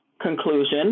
conclusion